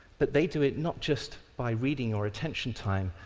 but they do it not just by reading or attention time,